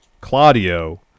Claudio